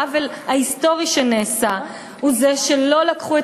העוול ההיסטורי שנעשה הוא שלא לקחו את